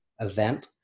event